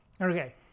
Okay